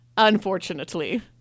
Unfortunately